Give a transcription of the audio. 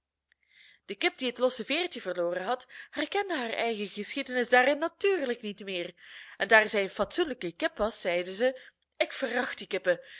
de kip die het losse veertje verloren had herkende haar eigen geschiedenis daarin natuurlijk niet meer en daar zij een fatsoenlijke kip was zeide zij ik veracht die